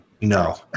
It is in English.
No